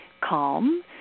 calm